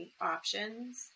options